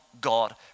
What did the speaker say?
God